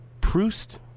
Proust